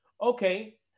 Okay